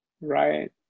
Right